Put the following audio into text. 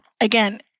again